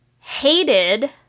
hated